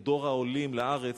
את דור העולים לארץ,